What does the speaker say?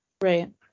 Right